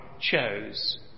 chose